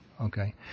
Okay